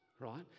right